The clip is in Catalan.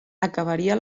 acabaria